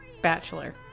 Bachelor